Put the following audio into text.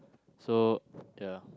so ya